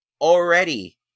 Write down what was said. already